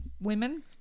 women